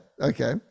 okay